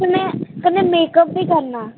कन्नै कन्नै makeup बी करना